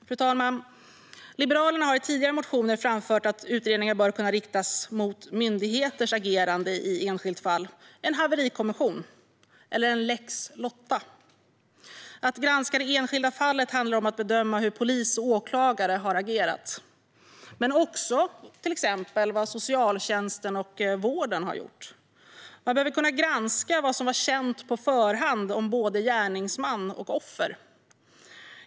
Fru talman! Liberalerna har i tidigare motioner framfört att utredningar bör kunna riktas mot myndigheters agerande i enskilda fall, som en haverikommission eller en lex Lotta. Att granska det enskilda fallet handlar om att bedöma hur polis och åklagare har agerat men också vad till exempel socialtjänsten och vården har gjort. Man behöver kunna granska vad som var känt på förhand om både gärningsman och offer.